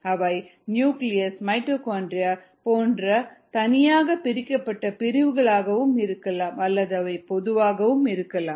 அவை nucleus mitochondria போன்ற தனியாக பிரிக்கப்பட்ட பிரிவுகளாக இருக்கலாம் அல்லது அவை பொதுவாக இருக்கலாம்